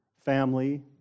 family